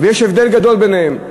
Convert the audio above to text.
ויש הבדל גדול ביניהם.